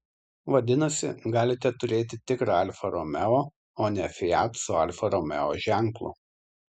vadinasi galite turėti tikrą alfa romeo o ne fiat su alfa romeo ženklu